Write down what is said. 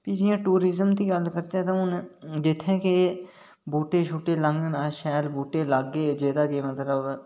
इयां टूरिजम दी गल्ल करचै तां हून जित्थै बूहटे छूह्टे लाह्चै शैल बूहटे लाह्गे जेह्ड़े कि मतलब